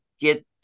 get